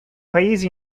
paesi